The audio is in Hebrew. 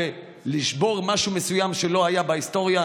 ולבוא ולשבור משהו מסוים שלא היה בהיסטוריה,